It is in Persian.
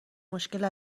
مشکل